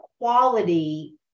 quality